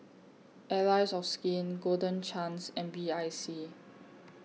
Allies of Skin Golden Chance and B I C